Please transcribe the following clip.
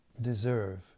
deserve